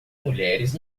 mulheres